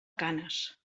canes